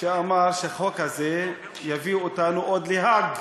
שאמר שהחוק הזה עוד יביא אותנו להאג.